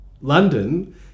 London